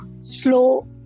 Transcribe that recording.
slow